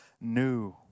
New